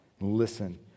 listen